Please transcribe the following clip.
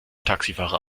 taxifahrer